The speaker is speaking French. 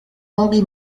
henri